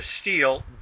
steal